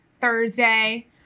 Thursday